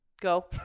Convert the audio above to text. go